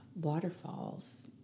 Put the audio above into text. waterfalls